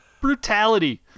Brutality